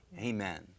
Amen